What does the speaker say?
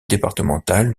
départementales